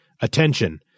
Attention